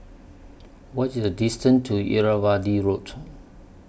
What IS The distance to Irrawaddy Road